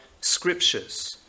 scriptures